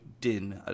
Din